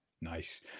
Nice